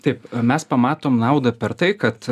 taip mes pamatom naudą per tai kad